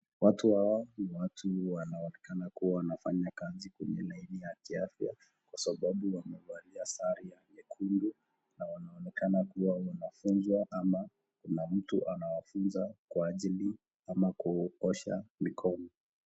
Watu hawa ni watu wanaonekana kufanya kazi kwenye laini ya kiafya kwa sababu ya wamevali sare ya nyekundu na wanaonekana kuwa wanafunzwa ama kuna mtu anawafunza kwa ajili ama kuosha mikono.